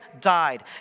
died